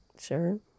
Sure